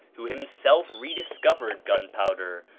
who himself rediscovered gunpowder,